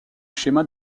schéma